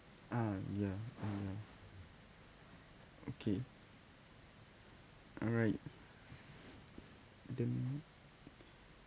ah ya ah ya okay alright then